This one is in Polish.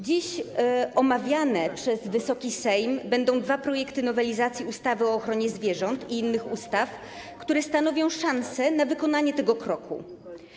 Dziś omawiane przez Wysoki Sejm będą dwa projekty nowelizacji ustawy o ochronie zwierząt i innych ustaw, które stanowią szansę na poczynienie tego kroku.